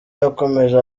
yakomeje